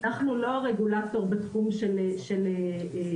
אנחנו לא הרגולטור בתחום של --- לא,